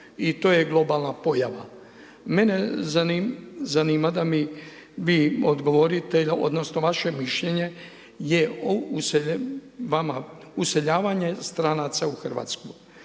i to je globalna pojava. Mene zanima da mi vi odgovorite, odnosno vaše mišljenje je vama useljavanje stranaca u Hrvatsku.